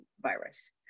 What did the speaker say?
virus